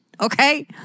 Okay